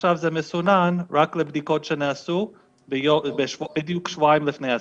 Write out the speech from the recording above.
עכשיו זה מסונן רק לבדיקות שנעשו בדיוק שבועיים לפני הסגר.